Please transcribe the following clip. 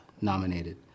nominated